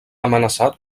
amenaçat